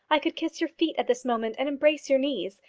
i could kiss your feet at this moment, and embrace your knees.